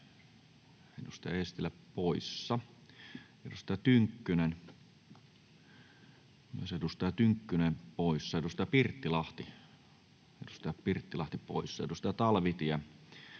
Edustaja Eestilä poissa, edustaja Tynkkynen poissa, edustaja Pirttilahti poissa, edustaja Talvitie